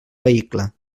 vehicle